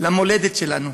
למולדת שלנו,